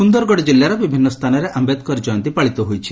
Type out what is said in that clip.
ସୁନ୍ଦରଗଡ଼ ଜିଲ୍ଲାର ବିଭିନ୍ନ ସ୍ଥାନରେ ଆମ୍ବେଦକର ଜୟନ୍ତୀ ପାଳିତ ହୋଇଛି